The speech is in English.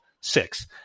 six